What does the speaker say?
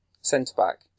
centre-back